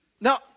Now